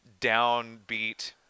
downbeat